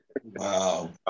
Wow